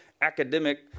academic